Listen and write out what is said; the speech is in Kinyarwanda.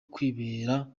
kwibera